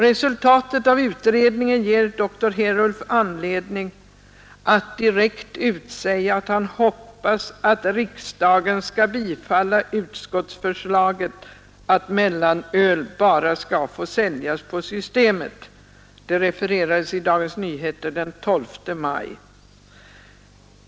Resultatet av undersökningen ger doktor Herulf anledning att direkt utsäga att han hoppas att riksdagen skall bifalla utskottsförslaget att mellanöl bara skall få säljas på systemet. Detta redovisades i Dagens Nyheter den 12 maj.